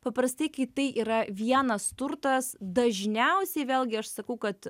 paprastai kai tai yra vienas turtas dažniausiai vėlgi aš sakau kad